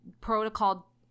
protocol